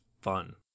fun